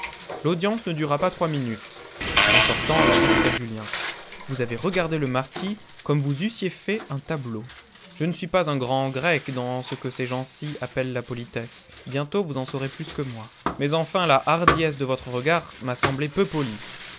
l'audience ne dura pas trois minutes en sortant l'abbé dit à julien vous avez regardé le marquis comme vous eussiez fait un tableau je ne suis pas un grand grec dans ce que ces gens-ci appellent la politesse bientôt vous en saurez plus que moi mais enfin la hardiesse de votre regard m'a semblé peu polie